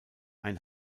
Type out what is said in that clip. ein